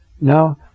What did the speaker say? Now